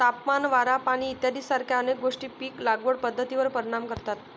तापमान, वारा, पाणी इत्यादीसारख्या अनेक गोष्टी पीक लागवड पद्धतीवर परिणाम करतात